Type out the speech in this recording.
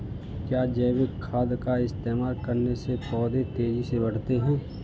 क्या जैविक खाद का इस्तेमाल करने से पौधे तेजी से बढ़ते हैं?